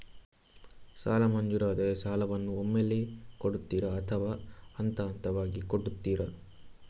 ಸಾಲ ಮಂಜೂರಾದರೆ ಸಾಲವನ್ನು ಒಮ್ಮೆಲೇ ಕೊಡುತ್ತೀರಾ ಅಥವಾ ಹಂತಹಂತವಾಗಿ ಕೊಡುತ್ತೀರಾ?